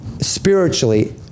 spiritually